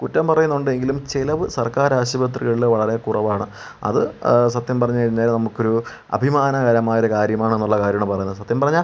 കുറ്റം പറയുന്നുണ്ട് എങ്കിലും ചിലവ് സർക്കാർ ആശുപത്രികളിൽ വളരെ കുറവാണ് അതു സത്യം പറഞ്ഞു കഴിഞ്ഞാൽ നമുക്കൊരു അഭിമാനകരമായൊരു കാര്യമാണെന്നുള്ള കാര്യമാണ് പറയുന്നത് സത്യം പറഞ്ഞാൽ